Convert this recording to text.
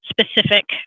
specific